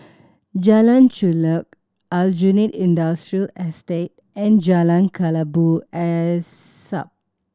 Jalan Chulek Aljunied Industrial Estate and Jalan Kelabu Asap